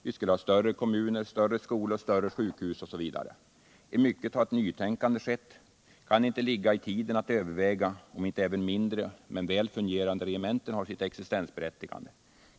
Vi skulle ha större kommuner, större skolor, större sjukhus osv. I mycket har ett nytänkande skett. Kan det inte ligga i tiden att överväga om inte även mindre men mer väl fungerande regementen har sitt existensberättigande?